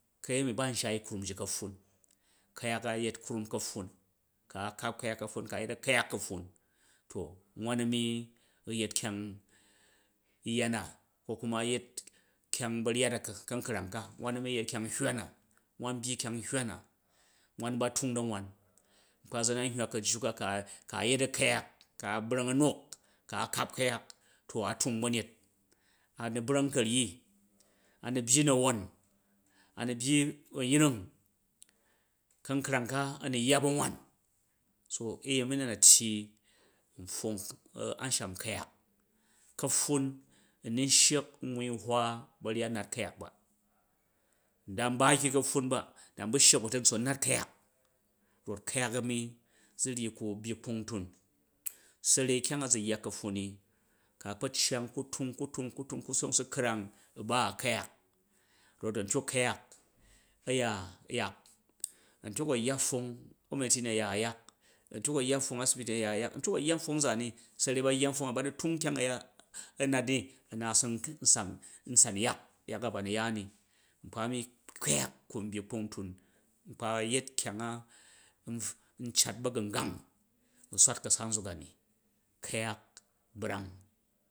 Ka̱yemi ba nshai kramjika̱pffun, ku̱yok a̱ yet krum ka̱pffun, ku a kap kuyak ka̱pffun ku a̱ yet a̱kuyak ka̱pffun, to wan a̱mi yet kyang yya na ko kuma yet kyang ba̱ryat a u̱ ka̱nkrang ka wan a̱mi yet kyomg hywa na, wan byyi kyang hywa na, nkpa zu na n hywa ka̱jju ka ku̱ a̱yet a̱kuyate kua̱ bra̱ng a̱nok, ku̱ a kap ku̱yak to a tung ba̱nyet a̱nu̱ brang ka̱ryi, a̱ nu̱ byi na̱won a nu̱ byi ba̱nyring ka̱nkrang ka a̱ nu yya ba̱nwan so u̱yemi na tyi n pfong a̱nsham ku̱yak ka̱pffun n nun sshak n wui hwa ba̱ryat nat ku̱yak ba n dam ba ki ka̱pffun ba, da n busshak bu̱ a̱ta̱ntson u̱ nat ku̱yata, rof ku̱yak a̱mi zu ryi ku̱ byyi kping tun. Sa̱rai kyang a zu̱ yya ka̱pffun ni ka kpa cyang, ku tang, ku tungi ku tung ku cong su krang u̱ ba u ku̱yak rof a̱ntyi ku̱yak aya yak ạntyok u̱ a̱ yya pfong gomnati ni a̱ ya yak, a̱ntyok u̱ a̱ yya pfong asibiti ni a̱ya yak, a̱ntyok u̱ a̱yyon npfong nzaan ni sa̱rai ba yya npfonga ba nu̱ tung nkyang a̱ya a̱ nati a̱ na a̱su nsan yak, yak a ba mi ya ni nkpa mi ku̱yak ku n byyi kpungtun, nkpa yet kyang a ncat ba̱gmgang u swat ka̱sa nzuk ani ka̱yak brang.